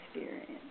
experience